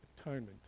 atonement